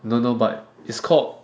no no but is called